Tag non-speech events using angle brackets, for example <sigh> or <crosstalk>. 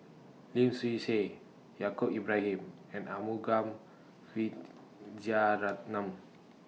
Lim Swee Say Yaacob Ibrahim and Arumugam <noise> Vijiaratnam